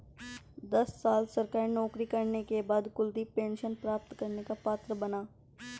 दस साल सरकारी नौकरी करने के बाद कुलदीप पेंशन प्राप्त करने का पात्र बना